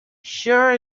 sure